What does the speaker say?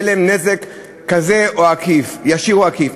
יהיה להם נזק ישיר או עקיף.